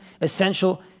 essential